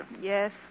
Yes